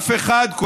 אף אחד,